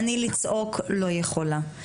אני לצעוק לא יכולה,